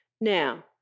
Now